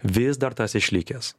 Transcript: vis dar tas išlikęs